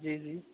جی جی